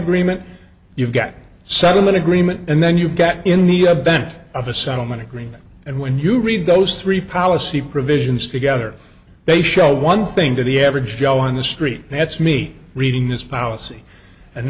agreement you've got settlement agreement and then you get in the event of a settlement agreement and when you read those three policy provisions together they show one thing to the average joe on the street that's me reading this policy and